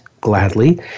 gladly